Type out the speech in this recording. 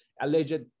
alleged